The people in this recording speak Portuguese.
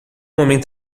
homem